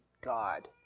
god